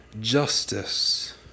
justice